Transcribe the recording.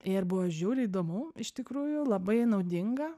ir buvo žiauriai įdomu iš tikrųjų labai naudinga